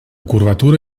curvatura